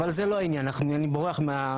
אבל זה לא העניין, אני בורח מהעניין.